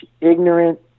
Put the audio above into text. ignorant